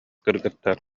кыргыттар